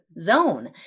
zone